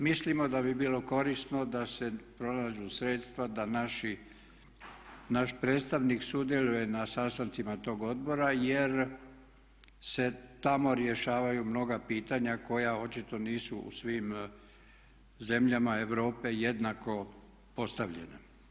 Mislimo da bi bilo korisno da se pronađu sredstva da naš predstavnik sudjeluje na sastancima tog odbora, jer se se tamo rješavaju mnoga pitanja koja očito nisu u svim zemljama europe jednako postavljena.